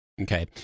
okay